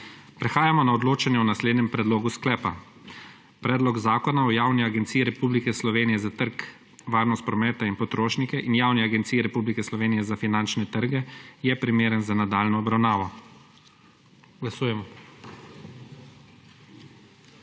Prehajamo na odločanje o naslednjem predlogu sklepa: Predlog zakona o Javni agenciji Republike Slovenije za trg, varnost prometa in potrošnike in Javni agenciji Republike Slovenije za finančne trge je primeren za nadaljnjo obravnavo. Glasujemo.